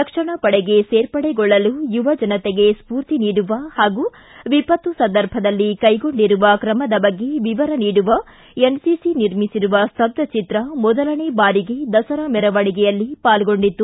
ರಕ್ಷಣಾ ಪಡೆಗೆ ಸೇರ್ಪಡೆಗೊಳ್ಳಲು ಯುವಜನತೆಗೆ ಸ್ಕೂರ್ತಿ ನೀಡುವ ಹಾಗೂ ವಿಪತ್ತು ಸಂದರ್ಭದಲ್ಲಿ ಕೈಗೊಂಡಿರುವ ಕ್ರಮದ ಬಗ್ಗೆ ವಿವರ ನೀಡುವ ಎನ್ಸಿಸಿ ನಿರ್ಮಿಸಿರುವ ಸ್ತಬ್ಬ ಚಿತ್ರ ಮೊದಲನೇ ಬಾರಿಗೆ ದಸರಾ ಮೆರವಣಿಗೆಯಲ್ಲಿ ಪಾಲ್ಗೊಂಡಿತ್ತು